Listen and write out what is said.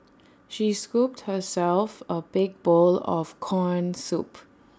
she scooped herself A big bowl of Corn Soup